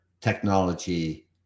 technology